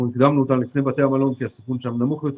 שהקדמנו אותם לפני בתי המלון כי הסיכון שם נמוך יותר,